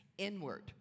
Inward